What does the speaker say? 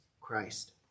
Christ